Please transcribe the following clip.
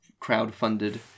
crowdfunded